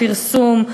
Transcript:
פרסום,